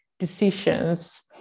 decisions